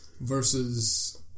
Versus